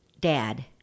dad